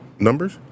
numbers